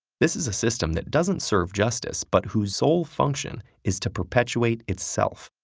this is a system that doesn't serve justice, but whose sole function is to perpetuate itself.